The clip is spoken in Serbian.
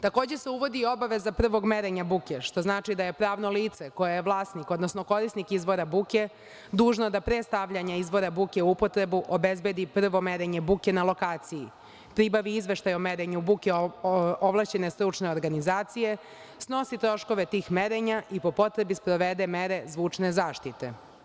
Takođe se uvodi i obaveza prvog merenja buke, što znači da je pravno lice koje je vlasnik odnosno korisnik izvora buke dužno da pre stavljanja izvora buke u upotrebu obezbedi prvo merenje buke na lokaciji, pribavi izveštaj o merenju buke ovlašćene stručne organizacije, snosi troškove tih merenja i po potrebi sprovede mere zvučne zaštite.